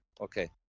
Okay